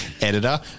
editor